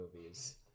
movies